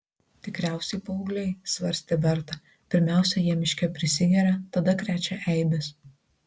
tikriausiai paaugliai svarstė berta pirmiausia jie miške prisigeria tada krečia eibes